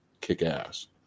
kick-ass